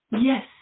Yes